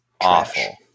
awful